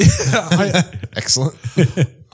excellent